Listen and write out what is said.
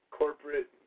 corporate